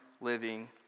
living